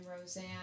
Roseanne